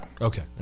Okay